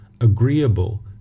agreeable